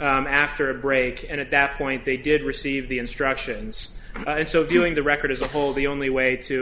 after a break and at that point they did receive the instructions and so doing the record as a whole the only way to